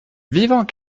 vivants